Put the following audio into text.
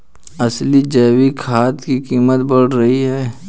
असली जैविक खाद की कीमत बढ़ रही है